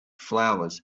flowers